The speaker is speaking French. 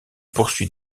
poursuit